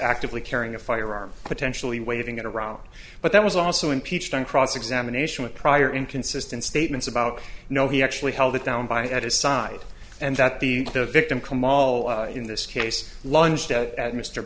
actively carrying a firearm potentially waving it around but that was also impeached on cross examination with prior inconsistent statements about no he actually held it down by at his side and that the victim kemal in this case lung